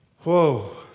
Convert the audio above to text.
Whoa